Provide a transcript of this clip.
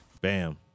Bam